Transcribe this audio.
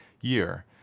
year